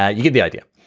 ah you get the idea.